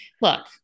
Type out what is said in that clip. Look